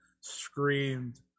screamed